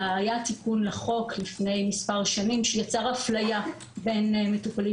היה תיקון לחוק לפני מספר שנים שיצר אפליה בין מטופלים